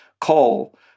call